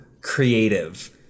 creative